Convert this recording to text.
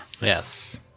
Yes